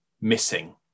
missing